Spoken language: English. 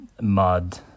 mud